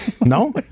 No